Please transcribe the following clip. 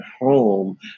home